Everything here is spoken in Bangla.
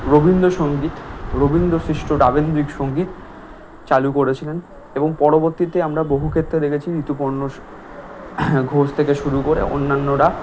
রবীন্দ্রসঙ্গীত রবীন্দ্র সৃষ্ট রাবিন্দ্রিক সঙ্গীত চালু করেছিলেন এবং পরবর্তীতে আমরা বহু ক্ষেত্রে দেখেছি ঋতুপর্ণ ঘোষ ঘোষ থেকে শুরু করে অন্যান্যরা